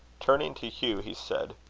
turning to hugh he said